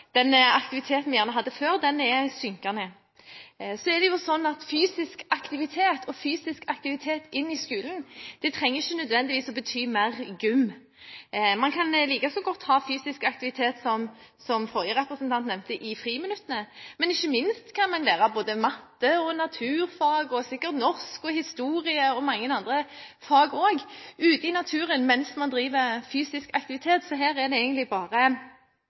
den aktiviteten vi hadde før, er synkende. Fysisk aktivitet inn i skolen trenger ikke nødvendigvis bety mer gym, man kan like godt, som forrige representant nevnte, ha fysisk aktivitet i friminuttene. Ikke minst kan en lære både matte og naturfag – og sikkert norsk og historie og mange andre fag også – ute i naturen mens man driver fysisk aktivitet. Her er det egentlig bare